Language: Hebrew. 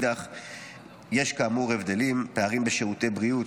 יש כאמור הבדלים: פערים בשירותי בריאות,